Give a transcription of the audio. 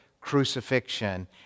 crucifixion